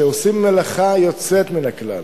שעושים מלאכה יוצאת מן הכלל,